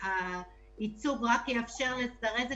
כי אני יודעת מי ייפול שם